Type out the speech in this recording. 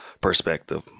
perspective